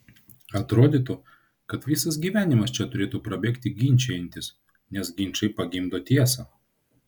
atrodytų kad visas gyvenimas čia turėtų prabėgti ginčijantis nes ginčai pagimdo tiesą